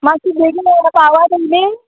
मात्शी बेगीन येयात पावात येयली